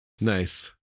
Nice